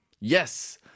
yes